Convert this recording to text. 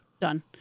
done